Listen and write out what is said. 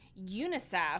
UNICEF